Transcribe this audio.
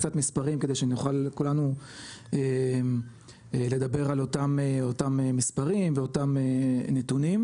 קצת מספרים כדי שנוכל כולנו לדבר על אותם מספרים ואותם נתונים,